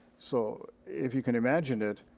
so, if you can imagine it,